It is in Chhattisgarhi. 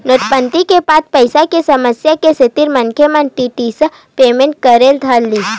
नोटबंदी के बाद पइसा के समस्या के सेती मनखे मन डिजिटल पेमेंट करे ल धरिस